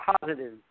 positive